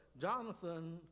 Jonathan